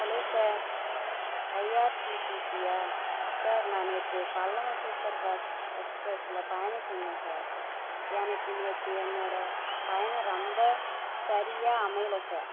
hello sir ஐஆர்சிடிசியா sir நான் நேற்று பல்லவன் சூப்பர் ஃபாஸ்ட் எக்ஸ்ப்ரஸ்ல பயணம் செஞ்சேன் சார் எனக்கு நேற்று என்னோடய பயணம் ரொம்ப சரியாக அமையல சார்